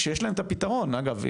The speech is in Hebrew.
כשיש להם את הפתרון, אגב.